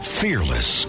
fearless